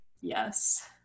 yes